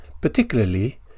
particularly